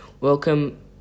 welcome